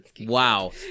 Wow